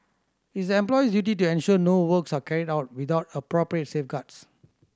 it's the employer's duty to ensure no works are carried out without appropriate safeguards